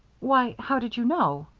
why, how did you know?